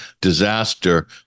disaster